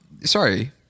Sorry